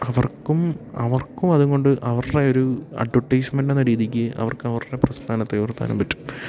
അവർക്കും അവർക്കും അതുകൊണ്ട് അവരുടെ ഒരു അഡ്വർടൈസ്മെൻറ് എന്ന രീതിക്ക് അവർക്ക് അവരുടെ പ്രസ്ഥാനത്തെ ഉയർത്താനും പറ്റും